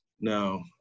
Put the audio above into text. No